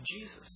Jesus